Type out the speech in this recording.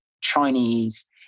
Chinese